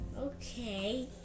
Okay